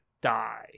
die